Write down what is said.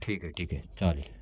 ठीक आहे ठीक आहे चालेल